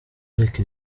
areka